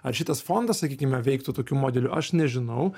ar šitas fondas sakykime veiktų tokiu modeliu aš nežinau